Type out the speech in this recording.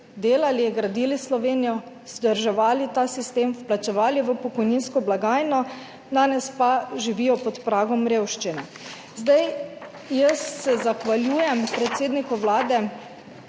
delali, gradili Slovenijo, vzdrževali ta sistem, vplačevali v pokojninsko blagajno, danes pa živijo pod pragom revščine. Jaz se zahvaljujem predsedniku Vlade